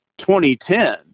2010